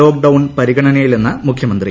lockdown പരിഗണനയിലെന്ന് മുഖ്യമന്ത്രി